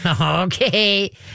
Okay